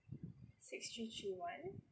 six three three one